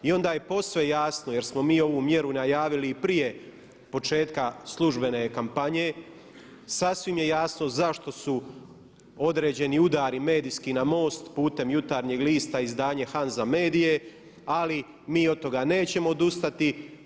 I onda je posve jasno, jer smo mi ovu mjeru najavili i prije početka službene kampanje, sasvim je jasno zašto su određeni udari medijski na MOST putem Jutarnjeg lista izdanje Hanza Media ali mi od toga nećemo odustati.